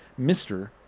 Mr